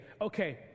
okay